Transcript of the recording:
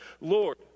Lord